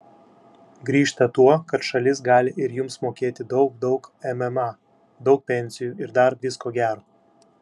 grįžta tuo kad šalis gali ir jums mokėti daug daug mma daug pensijų ir dar visko gero